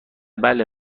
بله